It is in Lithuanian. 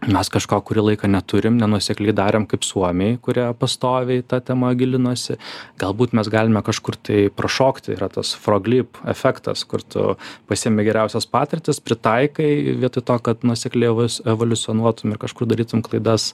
mes kažko kurį laiką neturim nenuosekliai darėm kaip suomiai kurie pastoviai į tą temą gilinosi galbūt mes galime kažkur tai prašokti yra tas frog leap efektas kur tu pasiimi geriausias patirtis pritaikai vietoj to kad nuosekliai vis evoliucionuotum ir kažkur darytum klaidas